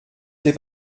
t’ai